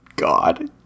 God